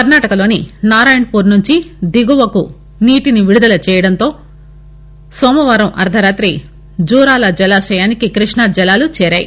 కర్ణాటకలోని నారాయణపూర్ నుంచి దిగువ నీటి విడుదల చేయటంతో సోమవారం అర్ద రాతి జూరాల జలాశయానికి క్బష్ణా జలాలు చేరాయి